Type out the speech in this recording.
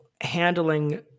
handling